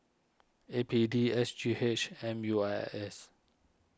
A P D S G H M U I S